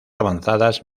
avanzadas